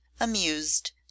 amused